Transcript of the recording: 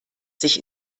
sich